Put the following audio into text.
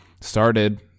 started